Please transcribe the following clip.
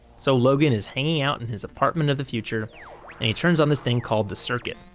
so, logan is hanging out in his apartment of the future and he turns on this thing called the circuit,